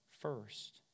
first